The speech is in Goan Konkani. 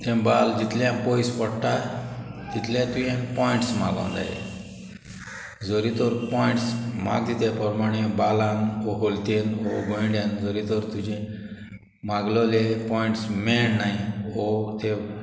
तें बाल जितलें पोयस पोडटा तितलें तुवें पॉयंट्स मागों जाये जोरी तोर पॉयंट्स मागता त्या पोरमाणे बालान हो गोलतेन हो गोंयड्यान जरी तर तुजें मागलोलें पॉयंट्स मेळनाय वो ते